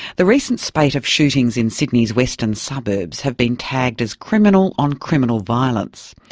the recent spate of shootings in sydney's western suburbs have been tagged as criminal-on-criminal violence.